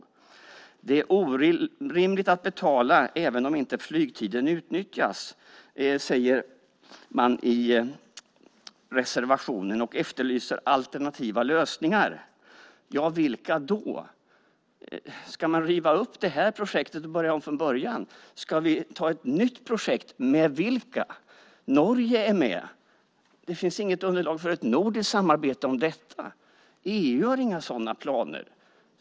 Att det är orimligt att betala även om inte flygtiden utnyttjas säger man i reservationen och efterlyser alternativa lösningar. Ja, vilka då? Ska man riva upp detta projekt och börja om från början? Ska vi inleda ett nytt projekt? Med vilka då? Norge är med; det finns inget underlag för ett nordiskt samarbete om detta. EU har inga sådana planer.